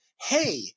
hey